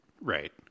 Right